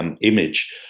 image